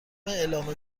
اعلام